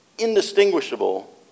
indistinguishable